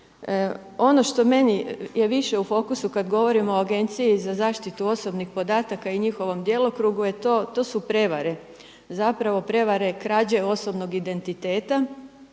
Ono što meni je više u fokusu kad govorimo o Agenciji za zaštiti osobnih podataka i njihovom djelokrugu je to, to su prevare. Zapravo prevare, krađe osobnog identiteta